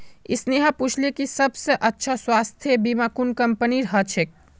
स्नेहा पूछले कि सबस अच्छा स्वास्थ्य बीमा कुन कंपनीर ह छेक